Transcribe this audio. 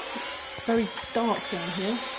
it's very dark down here,